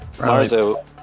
Marzo